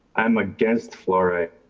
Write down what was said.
i'm against fluoride.